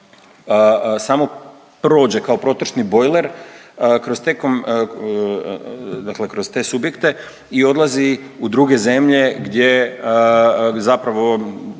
samo prođe kao protočni bojler kroz te kom…, dakle kroz te subjekte i odlazi u druge zemlje gdje zapravo